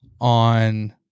on